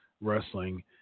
Wrestling